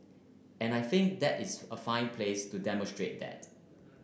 and I think that is a fine place to demonstrate that